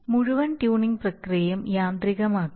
മുഴുവൻ ട്യൂണിംഗ് പ്രക്രിയയും യാന്ത്രികമാക്കി